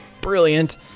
brilliant